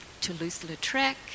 Toulouse-Lautrec